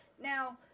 Now